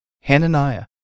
Hananiah